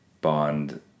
Bond